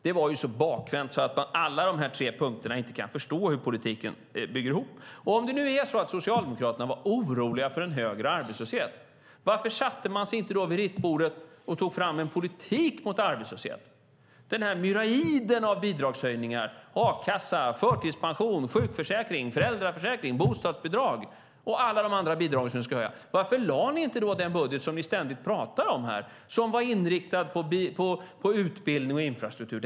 Detta var så bakvänt att jag inte förstår hur politiken med alla de här tre punkterna hänger ihop. Om det nu är så att Socialdemokraterna var oroliga för en högre arbetslöshet, varför satte man sig då inte vid ritbordet och tog fram en politik mot arbetslöshet? Man kommer med myriader av bidragshöjningar: a-kassa, förtidspension, sjukförsäkring, föräldraförsäkring, bostadsbidrag och alla andra bidrag som ska höjas. Varför lade ni inte i stället fram den budget som ni ständigt pratar om här, som var inriktad på utbildning och infrastruktur?